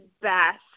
best